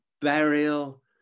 burial